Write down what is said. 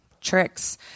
tricks